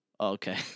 Okay